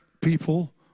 people